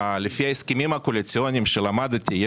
לפי ההסכמים הקואליציוניים שלמדתי,